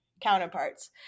counterparts